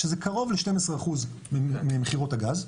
שזה קרוב ל-12% ממכירות הגז.